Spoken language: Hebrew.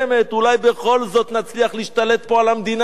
אולי בכל זאת נצליח להשתלט פה על המדינה.